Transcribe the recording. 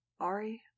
Ari